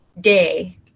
day